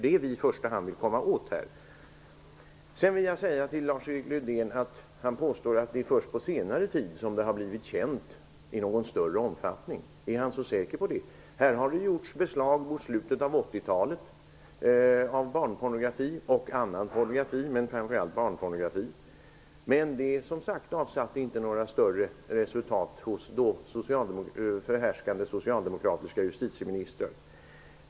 Det är i första hand det vi vill komma åt. Lars-Erik Lövdén påstår att det är först på senare tid som det här har blivit känt i någon större omfattning. Är han så säker på det? Det gjordes beslag av barnpornografi och annan pornografi i slutet av 80-talet, men det avsatte inte några större resultat hos den då förhärskande socialdemokratiske justitieministern.